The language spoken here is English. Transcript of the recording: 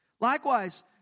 Likewise